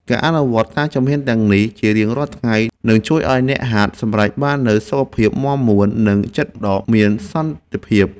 ការអនុវត្តតាមជំហានទាំងនេះជារៀងរាល់ថ្ងៃ នឹងជួយឱ្យអ្នកហាត់សម្រេចបាននូវសុខភាពមាំមួន និងចិត្តដ៏មានសន្តិភាព។